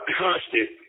constant